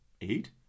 Eight